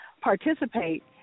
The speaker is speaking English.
participate